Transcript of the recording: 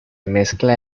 mezcla